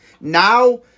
Now